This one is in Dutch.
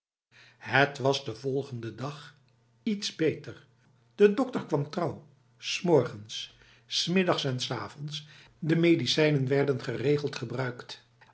het was de volgende dag iets beter de dokter kwam trouw s morgens s middags en s avonds de medicijnen werden geregeld gebruikt